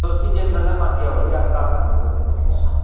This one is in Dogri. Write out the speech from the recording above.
तुस जिस बेल्लै मर्जी आओ जी अस घर गै होन्ने आं कोई चक्कन नेईं ऐ